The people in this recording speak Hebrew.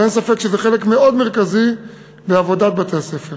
אין ספק שזה חלק מאוד מרכזי בעבודת בתי-הספר.